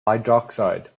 hydroxide